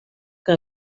que